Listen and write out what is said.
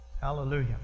Hallelujah